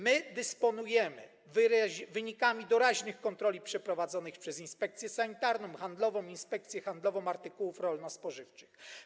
My dysponujemy wynikami doraźnych kontroli przeprowadzonych przez inspekcję sanitarną, inspekcję handlową artykułów rolno-spożywczych.